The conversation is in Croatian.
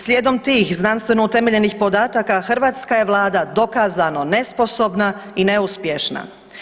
Slijedom tih znanstveno utemeljenih podataka, hrvatska je Vlada dokazano nesposobna i neuspješna.